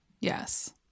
Yes